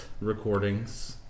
recordings